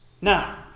Now